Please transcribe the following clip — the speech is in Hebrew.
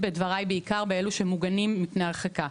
בדבריי באלו שמוגנים בפני הרחקה,